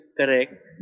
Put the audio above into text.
correct